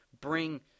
bring